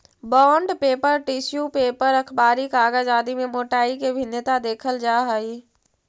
bond paper, tissue paper, अखबारी कागज आदि में मोटाई के भिन्नता देखल जा हई